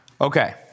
Okay